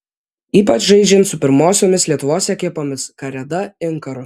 ypač žaidžiant su pirmosiomis lietuvos ekipomis kareda inkaru